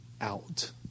out